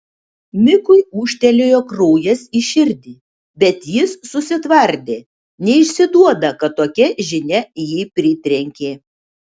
mikui ūžtelėjo kraujas į širdį bet jis susitvardė neišsiduoda kad tokia žinia jį pritrenkė